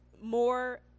more